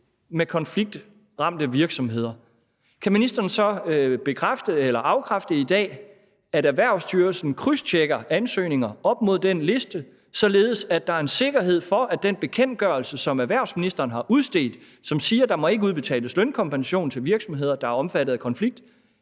med konfliktramte virksomheder, kan ministeren så bekræfte eller afkræfte i dag, at Erhvervsstyrelsen krydstjekker ansøgninger op mod den liste, således at der er en sikkerhed for, at den bekendtgørelse, som erhvervsministeren har udstedt, og som siger, at der ikke må udbetales lønkompensation til virksomheder, der er omfattet af konflikt,